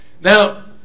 Now